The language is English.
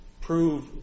prove